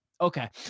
Okay